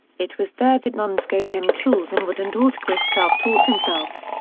it was there that nuns gave him tools and wood and ortquist self-taught himself.